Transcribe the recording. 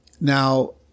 Now